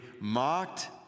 mocked